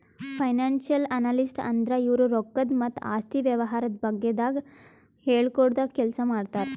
financial analyst ಅಂದ್ರ ಇವ್ರು ರೊಕ್ಕದ್ ಮತ್ತ್ ಆಸ್ತಿ ವ್ಯವಹಾರದ ಬಗ್ಗೆದಾಗ್ ಹೇಳ್ಕೊಡದ್ ಕೆಲ್ಸ್ ಮಾಡ್ತರ್